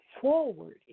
forward